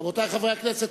רבותי חברי הכנסת,